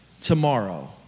tomorrow